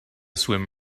swim